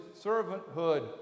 servanthood